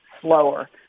slower